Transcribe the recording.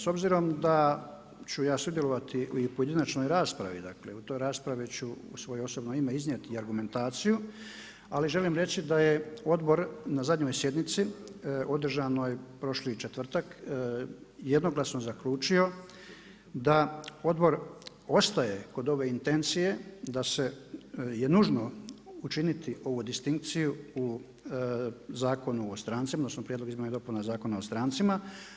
S obzirom da ću ja sudjelovati u pojedinačnoj raspravi, dakle u toj raspravi ću u svoje osobno ime iznijeti i argumentaciju, ali želim reći da je odbor na zadnjoj sjednici održanoj prošli četvrtak jednoglasno zaključio da odbor ostaje kod ove intencije da je nužno učiniti ovu distinkciju u Zakonu o strancima, odnosno prijedlog izmjena i dopuna Zakona o strancima.